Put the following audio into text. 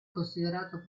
considerato